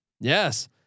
Yes